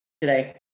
today